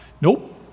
Nope